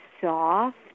soft